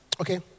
okay